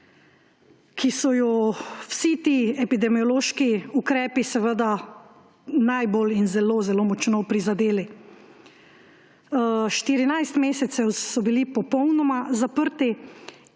ki so ju vsi ti epidemiološki ukrepi seveda najbolj in zelo zelo močno prizadeli. 14 mesecev so bili popolnoma zaprti